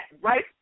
right